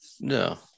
no